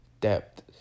depth